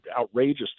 outrageous